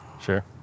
Sure